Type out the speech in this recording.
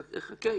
בני, תחכה.